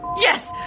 Yes